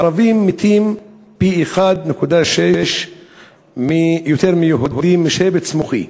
ערבים מתים פי-1.6 יותר מיהודים משבץ מוחי.